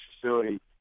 facility